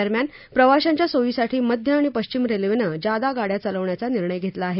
दरम्यान प्रवाशांच्या सोयीसाठी मध्य आणि पश्चिम रेल्वेनं जादा गाड्या चालवण्याचा निर्णय घेतला आहे